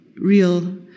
real